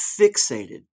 fixated